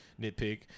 nitpick